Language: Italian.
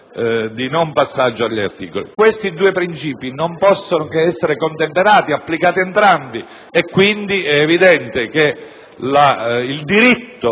Questi due principi non possono che essere contemperati e applicati entrambi e quindi è evidente che il diritto